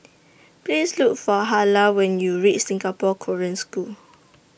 Please Look For Hilah when YOU REACH Singapore Korean School